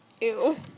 Ew